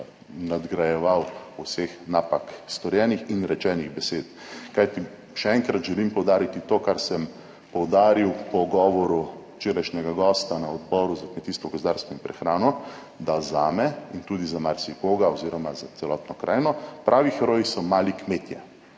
nadgrajeval vseh napak storjenih in rečenih besed, kajti še enkrat želim poudariti to, kar sem poudaril v pogovoru včerajšnjega gosta na Odboru za kmetijstvo, gozdarstvo in prehrano, da zame in tudi za marsikoga oziroma za celotno krajino pravi heroji so mali kmetje